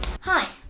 Hi